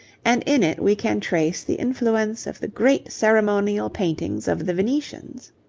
and in it we can trace the influence of the great ceremonial paintings of the venetians.